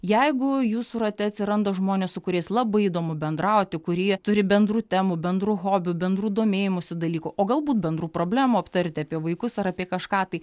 jeigu jūsų rate atsiranda žmonės su kuriais labai įdomu bendrauti kurie turi bendrų temų bendrų hobių bendrų domėjimosi dalykų o galbūt bendrų problemų aptarti apie vaikus ar apie kažką tai